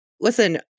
Listen